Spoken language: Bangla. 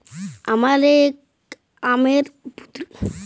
আমেরিকাতে ওয়ার্ল্ড টেরেড অর্গালাইজেশলের উপর হামলা হঁয়েছিল